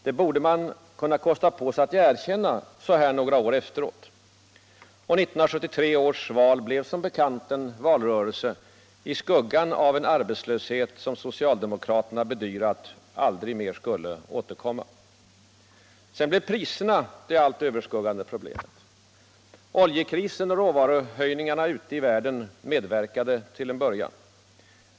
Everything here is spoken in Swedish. Det borde man kunna kosta på sig att erkänna så här några år efteråt. Och 1973 års val blev som bekant en valrörelse i skuggan av en arbetslöshet som socialdemokraterna bedyrat aldrig mer skulle återkomma. Sedan blev priserna det allt överskuggande problemet. Oljekrisen och råvaruprishöjningarna ute i världen medverkade i början.